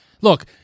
Look